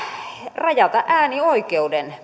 rajata äänioikeuden